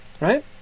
Right